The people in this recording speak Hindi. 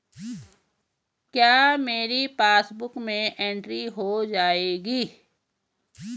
क्या मेरी पासबुक में एंट्री हो जाएगी?